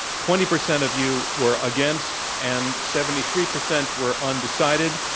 twenty percent of you were against and seventy-three percent were undecided.